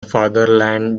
fatherland